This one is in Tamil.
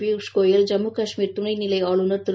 பியூஷ் கோயல் ஜம்மு காஷ்மீர் துணை நிலை ஆளுநர் திரு